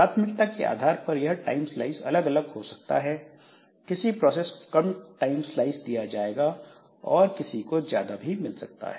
प्राथमिकता के आधार पर यह टाइम स्लाइस अलग अलग हो सकता है किसी प्रोसेस को कम टाइम स्लाइस दिया जाएगा और किसी को ज्यादा भी मिल सकता है